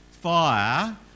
fire